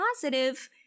positive